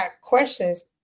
questions